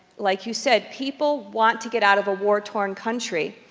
like you said, people want to get out of a war-torn country.